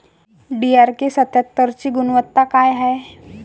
DRK सत्यात्तरची गुनवत्ता काय हाय?